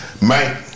Mike